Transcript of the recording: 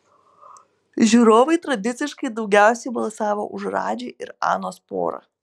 žiūrovai tradiciškai daugiausiai balsavo už radži ir anos porą